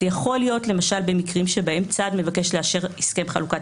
זה יכול להיות למשל במקרים שבהם צד מסוים מבקש לאשר הסכם חלוקת